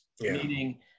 meaning